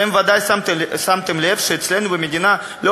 אתם ודאי שמתם לב שאצלנו במדינה לא